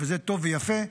וזה טוב ויפה.